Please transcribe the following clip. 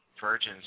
Virgins